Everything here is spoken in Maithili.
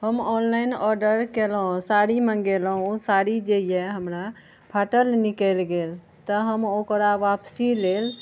हम ऑनलाइन ऑर्डर कयलहुँ साड़ी मङ्गेलहुँ ओ साड़ी जे यए हमरा फाटल निकलि गेल तऽ हम ओकरा वापसी लेल